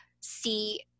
see